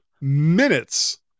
minutes